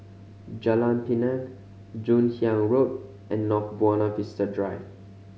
Jalan Pinang Joon Hiang Road and North Buona Vista Drive